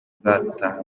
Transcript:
azataha